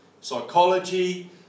psychology